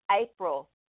April